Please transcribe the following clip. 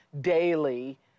daily